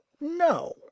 no